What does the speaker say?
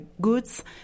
goods